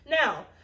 Now